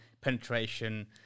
penetration